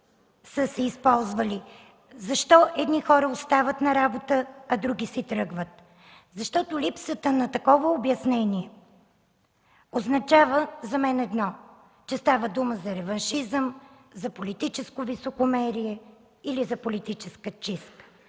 са се използвали, защо едни хора остават на работа, а други си тръгват. Липсата на такова обяснение за мен означава едно – че става дума за реваншизъм, за политическо високомерие или за политическа чистка.